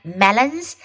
melons